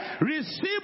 receive